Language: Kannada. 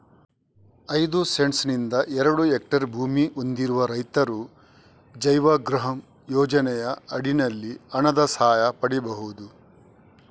ಐದು ಸೆಂಟ್ಸ್ ನಿಂದ ಎರಡು ಹೆಕ್ಟೇರ್ ಭೂಮಿ ಹೊಂದಿರುವ ರೈತರು ಜೈವಗೃಹಂ ಯೋಜನೆಯ ಅಡಿನಲ್ಲಿ ಹಣದ ಸಹಾಯ ಪಡೀಬಹುದು